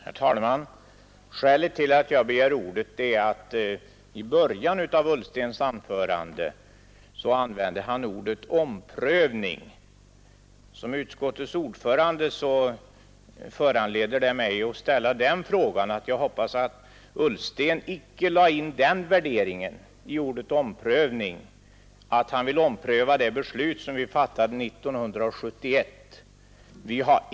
Herr talman! Skälet till att jag har begärt ordet är att herr Ullsten i början av sitt anförande använde ordet omprövning. Det föranleder mig att såsom utskottets ordförande uttrycka den förhoppningen att herr Ullsten inte lade in den betydelsen i ordet omprövning att han vill ompröva det beslut som vi fattade 1971.